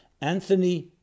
Anthony